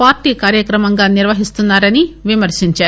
party కార్యక్రమంగా నిర్వహిస్తున్నారని విమర్పించారు